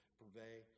purvey